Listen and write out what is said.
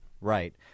right